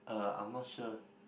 uh I'm not sure